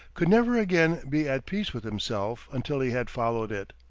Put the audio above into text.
could never again be at peace with himself until he had followed it.